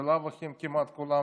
בלאו הכי הם כמעט כולם